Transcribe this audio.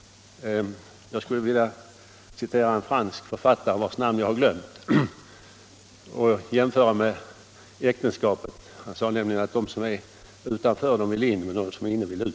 Jag skulle vilja citera en fransk författare vars namn jag har glömt, och jämföra med äktenskapet. Han sade nämligen om det att de som är utanför vill in, och de som är inne vill ut.